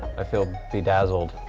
i feel bedazzled.